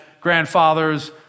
grandfathers